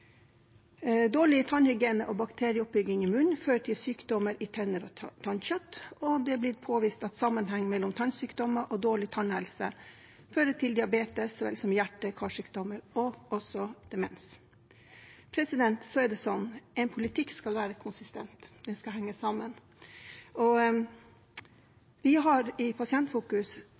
og bakterieoppbygging i munnen fører til sykdommer i tenner og tannkjøtt, og det er blitt påvist at sammenheng mellom tannsykdommer og dårlig tannhelse fører til diabetes så vel som hjerte- og karsykdommer, og også demens. Så er det slik at en politikk skal være konsistent, den skal henge sammen. Pasientfokus støtter Rødts forslag, og